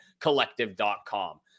collective.com